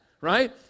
right